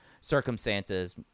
circumstances